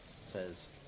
says